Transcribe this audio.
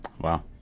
Wow